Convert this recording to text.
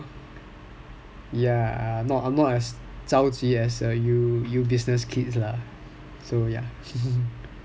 so ya I'm not as 着急 as you business kids lah so ya